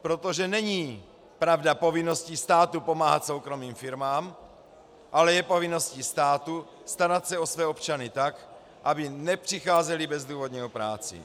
Protože není, pravda, povinností státu pomáhat soukromým firmám, ale je povinností státu starat se o své občany tak, aby nepřicházeli bezdůvodně o práci.